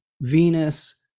Venus